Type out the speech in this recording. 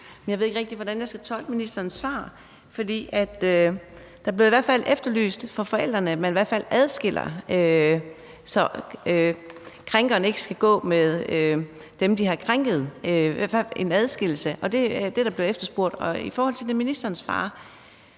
jeg ved ikke rigtig, hvordan jeg skal tolke ministerens svar. For der bliver i hvert fald efterlyst fra forældrenes side, at man adskiller, så krænkerne ikke skal gå med dem, de har krænket. Altså, en adskillelse er det, der bliver efterspurgt. I sit svar svarer ministeren ikke